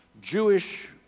Jewish